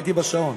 ראיתי בשעון.